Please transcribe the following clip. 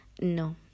no